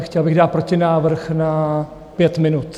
Chtěl bych dát protinávrh na pět minut.